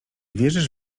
wierzysz